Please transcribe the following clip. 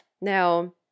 now